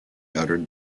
uttered